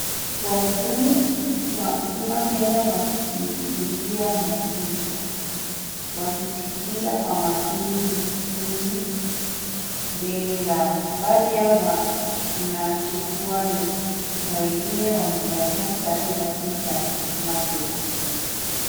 Wahudumu wa huduma Kenya waki hudhuria mafunzo, wakisikiliza kwa makini mkufunzi mbele yao. Baadhi yao wanachukua noti na wengine wamevalia sare rasmi za huduma Kenya.